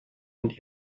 und